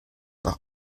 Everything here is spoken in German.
nach